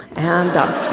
and